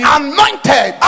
anointed